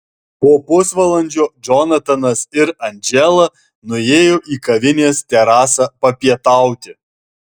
po pusvalandžio džonatanas ir andžela nuėjo į kavinės terasą papietauti